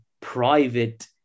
private